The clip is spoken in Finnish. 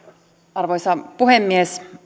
arvoisa puhemies